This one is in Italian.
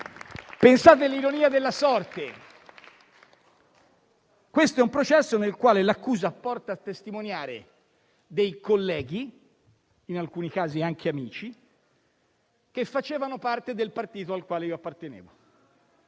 Pensate - ironia della sorte - che questo è un processo nel quale l'accusa porta a testimoniare dei colleghi, in alcuni casi anche amici, che facevano parte del partito al quale io appartenevo.